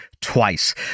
twice